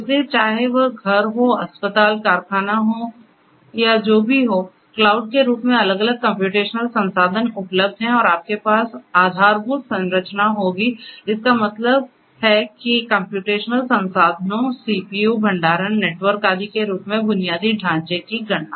इसलिए चाहे वह घर हो अस्पताल कारखाने हों या जो भी हों क्लाउड के रूप में अलग अलग कम्प्यूटेशनल संसाधन उपलब्ध हैं और आपके पास आधारभूत संरचना होगी इसका मतलब है कि कम्प्यूटेशनल संसाधनों सीपीयू भंडारण नेटवर्क आदि के रूप में बुनियादी ढांचे की गणना